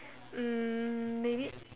um maybe